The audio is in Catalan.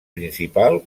principal